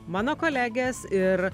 mano kolegės ir